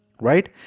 right